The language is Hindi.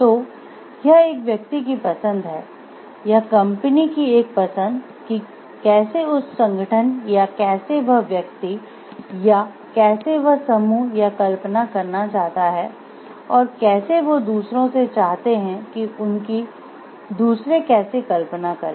तो यह एक व्यक्ति की पसंद है यह कंपनी की एक पसंद कि कैसे उस संगठन या कैसे वह व्यक्ति या कैसे वह समूह यह कल्पना करना चाहता है और कैसे वे दूसरों से चाहते है कि उनकी दूसरे कैसे कल्पना करें